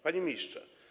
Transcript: Panie Ministrze!